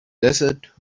desert